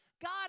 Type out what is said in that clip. God